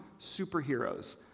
superheroes